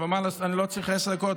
אבל אני לא צריך עשר דקות,